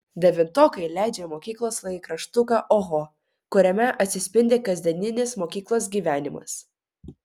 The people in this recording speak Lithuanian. devintokai leidžia mokyklos laikraštuką oho kuriame atsispindi kasdieninis mokyklos gyvenimas